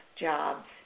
jobs